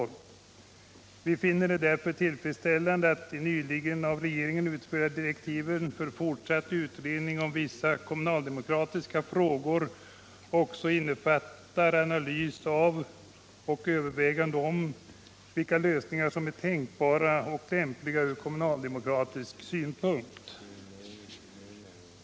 Vi finner det därför tillfredsställande att de nyligen av regeringen utfärdade direktiven för fortsatt utredning om vissa kommunaldemokratiska frågor också innefattar analys av och överväganden om vilka lösningar som är tänkbara och lämpliga ur kommunaldemokratisk synpunkt.